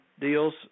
deals